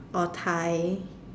or Thai